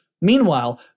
Meanwhile